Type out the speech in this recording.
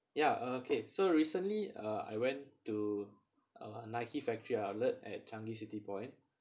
ya okay so recently uh I went to a Nike factory outlet at changi city point